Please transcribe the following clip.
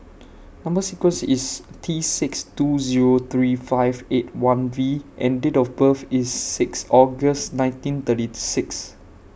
Number sequence IS T six two Zero three five eight one V and Date of birth IS six August nineteen thirty six